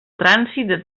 trànsit